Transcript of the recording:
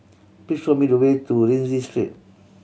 please show me the way to Rienzi Street